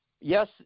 yes